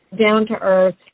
down-to-earth